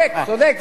צודק, צודק.